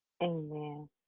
Amen